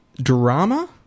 Drama